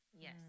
Yes